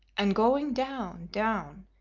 and going down, down,